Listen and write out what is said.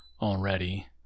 already